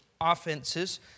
offenses